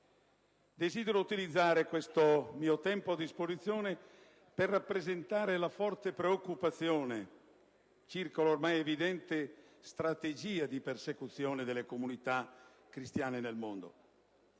Desidero utilizzare il tempo a mia disposizione per rappresentare la forte preoccupazione circa l'ormai evidente strategia di persecuzione delle comunità cristiane nel mondo.